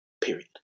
Period